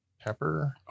pepper